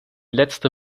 letzter